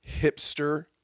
hipster